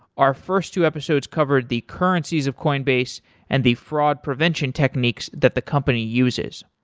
our first two episodes covered the currencies of coinbase and the fraud prevention techniques that the company uses.